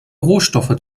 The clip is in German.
rohstoffe